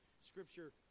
scripture